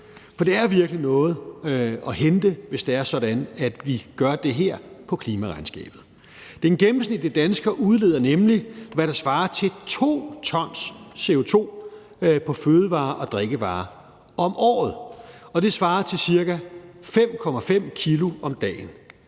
For der er virkelig noget at hente, hvis det er sådan, at vi gør det her, på klimaregnskabet. Den gennemsnitlige dansker udleder nemlig, hvad der svarer til 2 t CO2 på fødevarer og drikkevarer om året, og det svarer til ca. 5,5 kg om dagen.